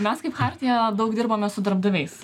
mes kaip chartija daug dirbome su darbdaviais